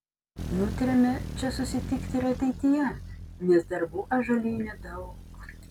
nutarėme čia susitikti ir ateityje nes darbų ąžuolyne daug